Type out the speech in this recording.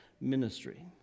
ministry